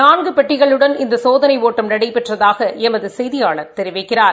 நான்கு பெட்டிகளுடன் இந்த சோதனை ஒட்டம் நடைபெற்றதாக எமது செய்தியாளர் தெரிவிக்கிறார்